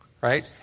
right